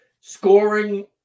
scoring